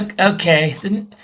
Okay